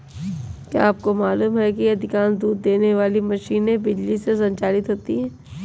क्या आपको मालूम है कि अधिकांश दूध देने वाली मशीनें बिजली से संचालित होती हैं?